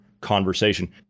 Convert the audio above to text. conversation